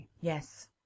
yes